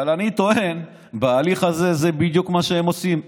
אבל אני טוען שבהליך הזה זה בדיוק מה שהם עושים.